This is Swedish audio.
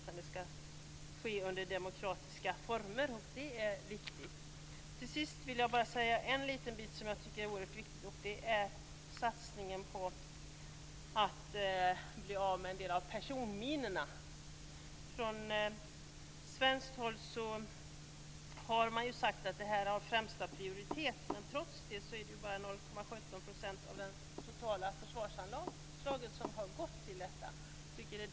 Det här skall ske under demokratiska former. Till sist vill jag ta upp något som jag tycker är oerhört viktigt. Det gäller satsningen på att man skall bli av med en del av personminorna. Från svenskt håll har det ju sagts att det här har högsta prioritet. Trots det har bara 0,17 % av det totala försvarsanslaget gått till detta.